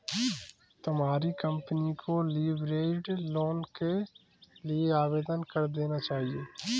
तुम्हारी कंपनी को leveraged loan के लिए आवेदन कर देना चाहिए